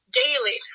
daily